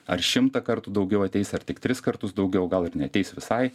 ar šimtą kartų daugiau ateis ar tik tris kartus daugiau gal ir neateis visai